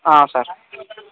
sir